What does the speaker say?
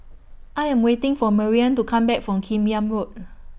I Am waiting For Marian to Come Back from Kim Yam Road